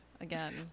again